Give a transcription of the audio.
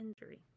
injury